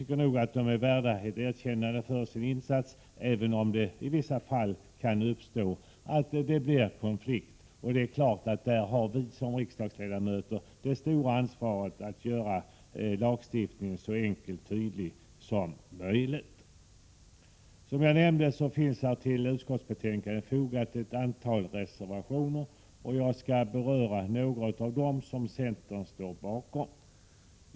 Denna personal är värd ett erkännande för sin insats, även om det i vissa fall kan uppstå konflikt. Där har givetvis vi riksdagsledamöter det stora ansvaret att göra lagstiftningen så enkel och tydlig som möjligt. Som jag nämnde har till utskottsbetänkandet fogats ett antal reservationer, och jag skall beröra några av de reservationer som centern står bakom.